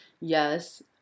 Yes